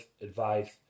advice